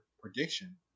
prediction